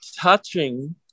touching